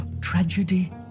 tragedy